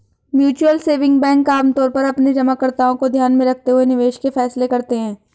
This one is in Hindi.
म्यूचुअल सेविंग बैंक आमतौर पर अपने जमाकर्ताओं को ध्यान में रखते हुए निवेश के फैसले करते हैं